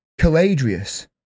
Caladrius